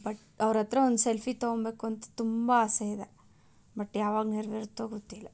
but ಅವ್ರ ಹತ್ರ ಒಂದು ಸೆಲ್ಫಿ ತೊಗೊಬೇಕುಂತ ತುಂಬ ಆಸೆ ಇದೆ ಬಟ್ ಯಾವಾಗ ನೆರವೇರುತ್ತೋ ಗೊತ್ತಿಲ್ಲ